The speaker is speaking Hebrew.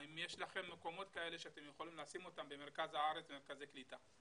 האם יש לכם מקומות כאלה שאתם יכולים לשים אותם במרכז הארץ במרכזי קליטה?